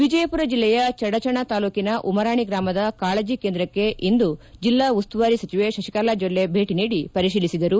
ವಿಜಯಪುರ ಜಿಲ್ಲೆಯ ಚಡಚಣ ತಾಲೂಕಿನ ಉಮರಾಣಿ ಗ್ರಾಮದ ಕಾಳಜಿ ಕೇಂದ್ರಕ್ಷೆ ಇಂದು ಜಿಲ್ಲಾ ಉಸ್ತುವಾರಿ ಸಚಿವೆ ಶಶಿಕಲಾ ಜೊಲ್ಲೆ ಭೆಟಿ ನೀಡಿ ಪರಿತೀಲಿಸಿದರು